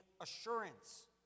assurance